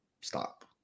stop